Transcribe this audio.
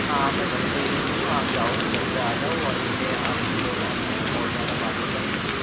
हाँ हाँ मैं घर पे ही हूँ आप चाहो तो घर पे आ जाओ वहीं पे आप जो है अपन और ज़्यादा बातें कर लेंगे